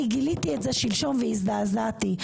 אני גיליתי שלשום והזדעזעתי.